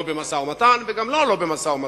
לא במשא-ומתן וגם לא לא במשא-ומתן.